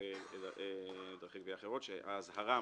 שהאזהרה,